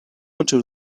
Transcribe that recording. into